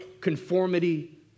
conformity